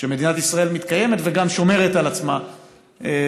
שמדינת ישראל מתקיימת וגם שומרת על עצמה מפני